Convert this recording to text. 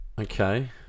Okay